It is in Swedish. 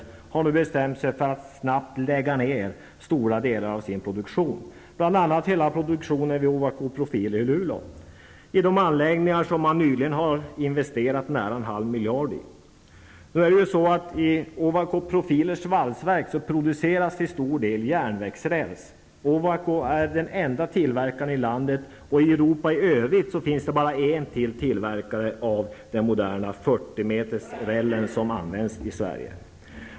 Men man har nu bestämt sig för att snabbt lägga ner stora delar av produktionen, bl.a. hela produktionen vid Ovako Profiler i Luleå. Och det gäller då anläggningar där man investerat närmare en halv miljard. I Ovako Profilers valsverk produceras till stor del järnvägsräls. Ovako är den enda tillverkaren i landet. I Europa i övrigt finns det bara en tillverkare till när det gäller de moderna 40 metersrälsar som används i Sverige.